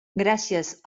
gràcies